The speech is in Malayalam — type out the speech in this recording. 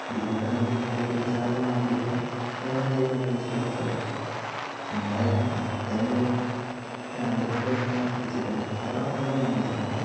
ഇതിലും ഭേധം എനിക്ക് നിങ്ങളുടെ ഈ റീചാർജ് മാറ്റീട്ട് വേറെ എന്തേലും വഴി യൂസ് ചെയ്താൽ പോരെ നിങ്ങളെ ഞാൻ ഇപ്പത്തന്നൊരു അഞ്ച് എട്ട് വട്ടം വിളിച്ചിട്ടുണ്ട് അഞ്ച് ആറ് വട്ടം എന്തായാലും ഞാൻ വിളിച്ചിട്ടുണ്ടാവും